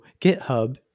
GitHub